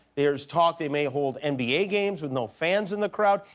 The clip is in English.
there's talk they may hold and nba games with no fans in the crowd.